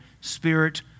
spirit